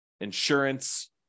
insurance